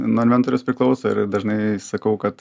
nuo inventoriaus priklauso ir dažnai sakau kad